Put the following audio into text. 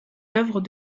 œuvres